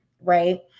right